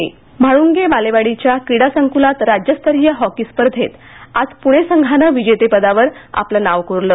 क्रीडा म्हाळुंगे बालेवाडीच्या क्रीडा संकुलात राज्यस्तरीय हॉकी स्पर्धेत आज पुणे संघानं विजेतेपदावर आपलं नाव कोरलं